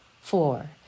Four